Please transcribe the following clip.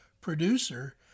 producer